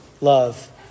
love